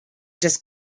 just